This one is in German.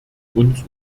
uns